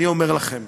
אני אומר לכם,